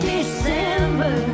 December